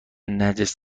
نجس